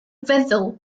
feddwl